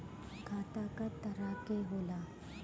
खाता क तरह के होला?